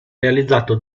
realizzato